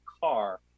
car